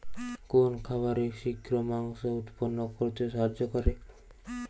কোন খাবারে শিঘ্র মাংস উৎপন্ন করতে সাহায্য করে?